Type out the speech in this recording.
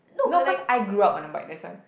no cause I grew up on a bike that's why